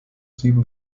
sieben